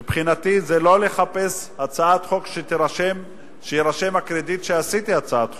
מבחינתי זה לא לחפש הצעת חוק כדי שיירשם הקרדיט שעשיתי הצעת החוק,